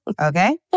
Okay